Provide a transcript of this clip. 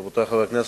רבותי חברי הכנסת,